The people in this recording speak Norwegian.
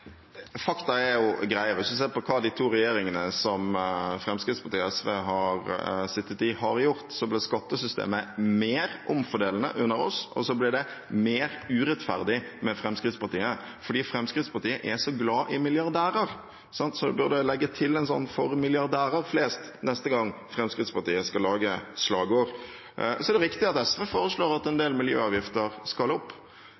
fakta er greiere. Hvis man ser på hva de to regjeringene som Fremskrittspartiet og SV har sittet i, har gjort, så ble skattesystemet mer omfordelende under oss, og det ble mer urettferdig med Fremskrittspartiet fordi Fremskrittspartiet er så glad i milliardærer. Man burde legge til «for milliardærer flest» neste gang Fremskrittspartiet skal lage slagord. Det er riktig at SV foreslår at en del miljøavgifter skal opp.